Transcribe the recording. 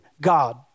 God